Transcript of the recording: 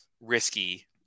risky